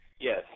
Yes